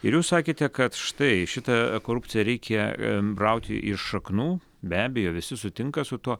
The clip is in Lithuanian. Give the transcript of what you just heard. ir jūs sakėte kad štai šitą korupcija reikia rauti iš šaknų be abejo visi sutinka su tuo